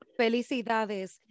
Felicidades